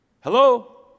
Hello